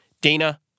Dana